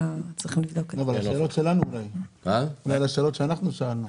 אבל אולי שתתייחס לשאלות שאנחנו שאלנו.